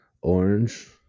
Orange